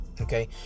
Okay